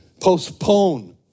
postpone